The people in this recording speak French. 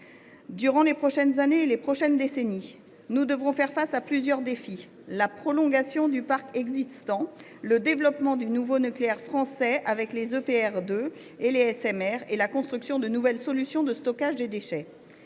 Durant les prochaines années et les prochaines décennies, nous devrons faire face à plusieurs défis : la prolongation du parc existant ; le développement du nouveau nucléaire français avec les EPR2 et les SMR ; la construction de nouvelles solutions de stockage des déchets.